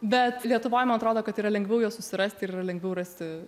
bet lietuvoj man atrodo kad yra lengviau juos susirasti yra lengviau rasti